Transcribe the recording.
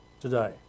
today